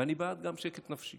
ואני גם בעד שקט נפשי.